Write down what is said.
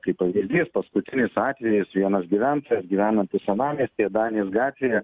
kaip pavyzdys paskutinis atvejis vienas gyventojas gyvenantis senamiestyje danės gatvėje